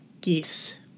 Geese